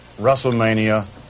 WrestleMania